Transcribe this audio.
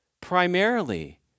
primarily